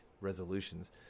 resolutions